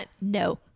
No